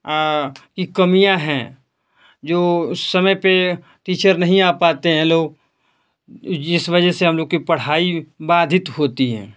की कमियाँ हैं जो समय पे टीचर नहीं आ पाते हैं लोग जिस वजह से हम लोग की पढ़ाई बाधित होती है